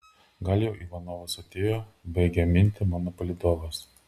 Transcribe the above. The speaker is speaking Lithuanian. gal jau ivanovas atėjo baigia mintį mano palydovas